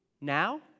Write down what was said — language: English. Now